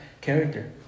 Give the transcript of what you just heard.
character